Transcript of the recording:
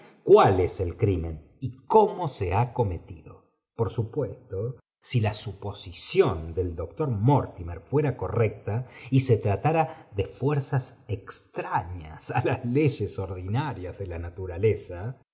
cuál es el crimen y cómo se ha cometido por supuesto si la suposición del doctor mortimer fuera correcta y se tratara de fuerzas extrañas á las leyes ordinarias de la naturaleza